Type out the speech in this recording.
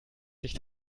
sich